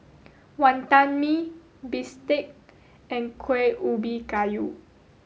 Wantan Mee Bistake and Kueh Ubi Kayu